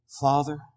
Father